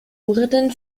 wurden